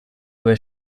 were